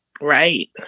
Right